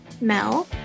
Mel